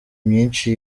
myinshi